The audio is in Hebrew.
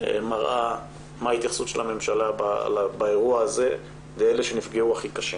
מראה מה ההתייחסות של הממשלה באירוע הזה לאלה שנפגעו הכי קשה.